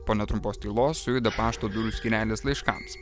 po netrumpos tylos sujuda pašto skyrelis laiškams